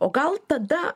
o gal tada